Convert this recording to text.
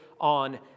on